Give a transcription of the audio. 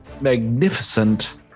magnificent